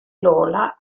lola